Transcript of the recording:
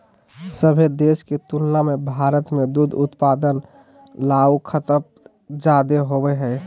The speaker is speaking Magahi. सभे देश के तुलना में भारत में दूध उत्पादन आऊ खपत जादे होबो हइ